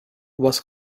was